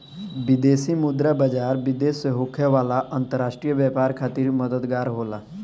विदेशी मुद्रा बाजार, विदेश से होखे वाला अंतरराष्ट्रीय व्यापार खातिर मददगार होला